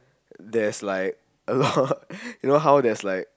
there's like a lot you know how there's like